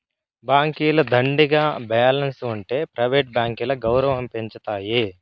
బాంకీల దండిగా బాలెన్స్ ఉంటె ప్రైవేట్ బాంకీల గౌరవం పెంచతాయి